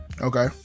Okay